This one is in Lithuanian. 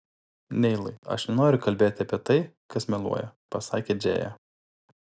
neilai aš nenoriu kalbėti apie tai kas meluoja pasakė džėja